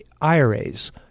IRAs